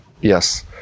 Yes